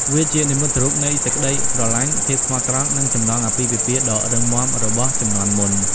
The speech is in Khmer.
វាជានិមិត្តរូបនៃ សេចក្ដីស្រឡាញ់ ភាពស្មោះត្រង់ និង ចំណងអាពាហ៍ពិពាហ៍ ដ៏រឹងមាំរបស់ជំនាន់មុន។